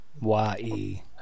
Y-E